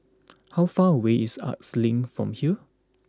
how far away is Arts Link from here